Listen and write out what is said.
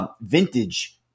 Vintage